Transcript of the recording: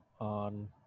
on